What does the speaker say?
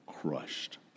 crushed